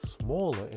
smaller